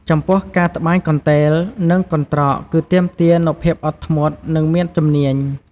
ចំពោះ ការត្បាញកន្ទេល និងកន្ត្រកគឺទាមទារនូវភាពអត់ធ្មត់ និងមានជំនាញ។